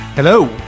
Hello